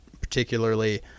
particularly